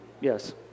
Yes